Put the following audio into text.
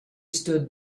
stood